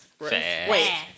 Wait